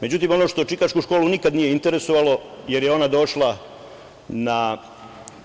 Međutim, ono što Čikašku školu nikad nije interesovalo, jer je ona došla na